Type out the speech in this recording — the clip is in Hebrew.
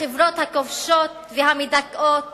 החברות הכובשות והמדכאות